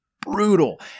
brutal